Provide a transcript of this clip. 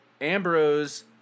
ambrose